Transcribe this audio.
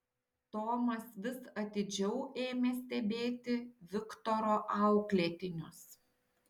tomas vis atidžiau ėmė stebėti viktoro auklėtinius